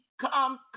come